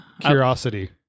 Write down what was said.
Curiosity